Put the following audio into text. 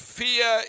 fear